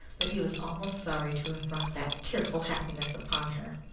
that he was almost sorry to have brought that tearful happiness upon her.